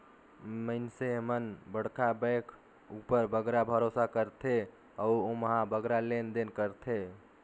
मइनसे मन बड़खा बेंक उपर बगरा भरोसा करथे अउ ओम्हां बगरा लेन देन करथें